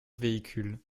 véhicules